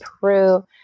Peru